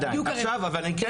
בדיוק הרווח.